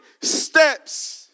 steps